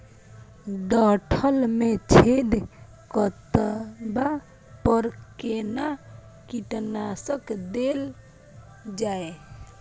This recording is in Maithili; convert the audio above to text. डंठल मे छेद करबा पर केना कीटनासक देल जाय?